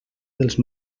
dels